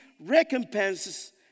recompenses